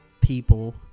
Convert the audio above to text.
people